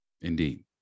Indeed